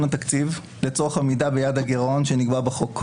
התקציב לצורך עמידה ביעד הגרעון שנקבע בחוק.